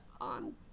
on